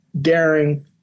daring